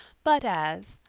but as,